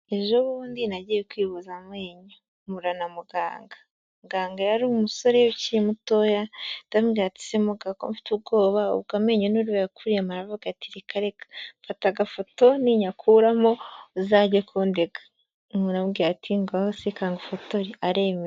Ejo bundi nagiye kwivuza amenyo na muganga muganga yari umusore ukiri mutoya ndatsega ko mfite ubwoba ubwo amenyo n'ru yakuriyemo aravuga ati reka reka mfata agafoto ninyakuramo uzajye kundega nkurambwira ati ngaho se kangufotore aremerawe